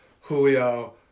Julio